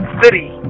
city